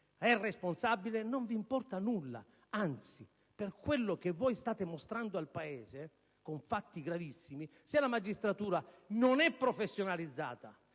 e responsabile non vi importa nulla; anzi, per quello che voi state mostrando al Paese con fatti gravissimi, se la magistratura non è professionalizzata